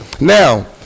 Now